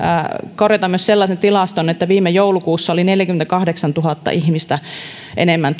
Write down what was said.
korjata sellaisen tilaston että viime joulukuussa työllisten joukossa oli neljäkymmentäkahdeksantuhatta ihmistä enemmän